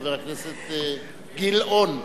חבר הכנסת גילאון.